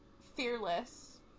Fearless